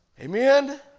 Amen